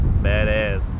Badass